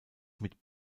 mit